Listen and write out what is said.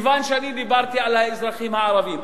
מכיוון שאני דיברתי על האזרחים הערבים,